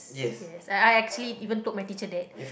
yes I I actually even told my teacher that